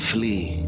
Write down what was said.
Flee